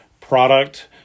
product